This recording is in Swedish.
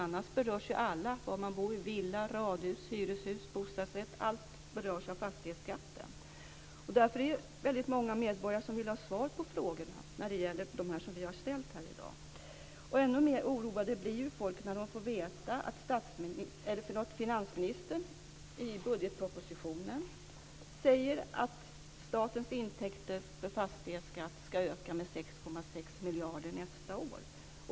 Annars berörs alla, vare sig man bor i villa, radhus, hyreshus eller bostadsrätt - allt berörs av fastighetsskatten. Därför vill många medborgare ha svar på de frågor som vi ställer i dag. Ännu mer oroade blir folk när de får veta att finansministern i budgetpropositionen säger att statens intäkter för fastighetsskatt ska öka med 6,6 miljarder nästa år.